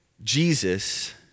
Jesus